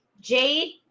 Jade